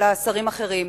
אלא שרים אחרים.